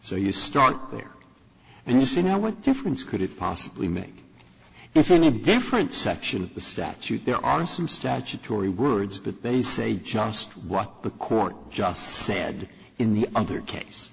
so you start there and you say now what difference could it possibly make if you need a different section of the statute there are some statutory words that they say just what the court just said in the other case